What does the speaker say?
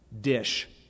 dish